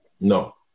No